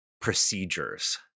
procedures